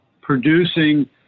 producing